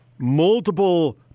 multiple